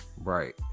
Right